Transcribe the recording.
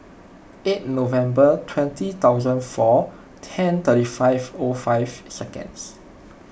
eight November twenty thousand four ten thirteen five O five seconds